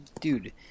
dude